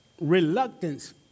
Reluctance